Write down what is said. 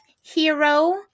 hero